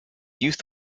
youth